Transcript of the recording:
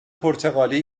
پرتغالی